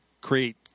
create